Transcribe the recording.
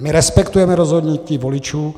My respektujeme rozhodnutí voličů.